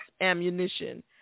ammunition